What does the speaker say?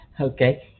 okay